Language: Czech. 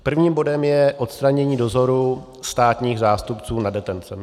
Prvním bodem je odstranění dozoru státních zástupců nad detencemi.